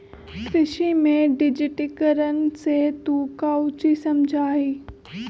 कृषि में डिजिटिकरण से तू काउची समझा हीं?